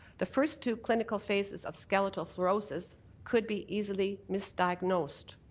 the first two clinical phases of skeletal fluorisis could be easily misdiagnosed.